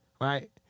right